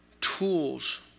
tools